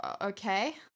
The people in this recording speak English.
okay